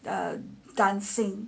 the dancing